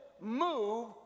move